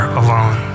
alone